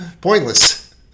pointless